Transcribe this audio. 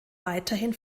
weiterhin